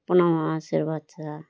পোনা মাছের বাচ্চা